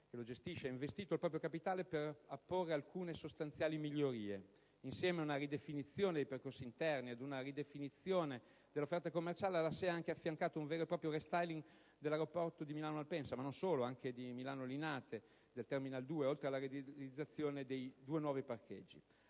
che lo gestisce ha investito il proprio capitale per apporre alcune sostanziali migliorie. Insieme ad una ridefinizione dei percorsi interni ed una ridefinizione dell'offerta commerciale, la SEA ha anche affiancato un vero e proprio *restyling* non solo dell'aeroporto di Milano Malpensa, ma anche di Milano Linate, del Terminal 2 oltre alla realizzazione di due nuovi parcheggi.